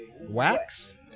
Wax